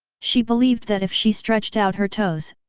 she believed that if she stretched out her toes,